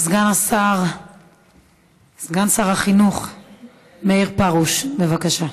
סגן שר החינוך מאיר פרוש, בבקשה.